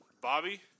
Bobby